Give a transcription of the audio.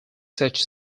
such